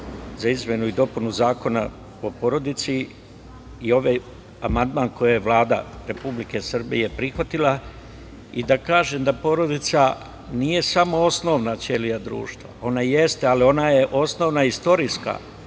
za izmenu i dopunu Zakona o porodici, i ovaj amandman koji je Vlada Republike Srbije prihvatila i da kažem da porodica nije samo osnovna ćelija društva. Ona jeste, ali ona je osnovna istorijska,